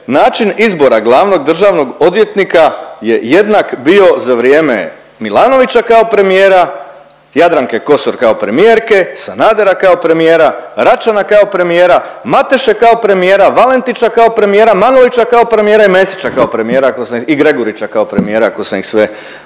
način izbora glavnog državnog odvjetnika je jednak bio za vrijeme Milanovića kao premijera, Jadranke Kosor kao premijerke, Sanadera kao premijera, Račana kao premijera, Mateše kao premijera, Valentića kao premijera, Manolića kao premijera i Mesića kao premijera ako sam i Gregurića kao premijera ako sam ih sve